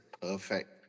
perfect